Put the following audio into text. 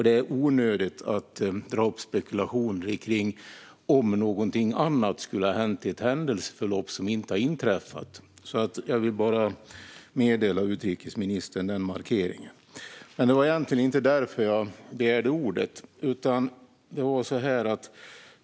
Det är onödigt att dra upp spekulationer om huruvida någonting annat skulle ha hänt i ett händelseförlopp som inte har inträffat. Jag vill bara meddela utrikesministern den markeringen. Men det var egentligen inte därför jag begärde ordet.